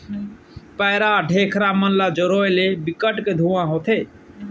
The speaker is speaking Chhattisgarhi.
पैरा, ढेखरा मन ल जरोए ले बिकट के धुंआ होथे